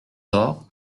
door